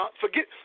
Forget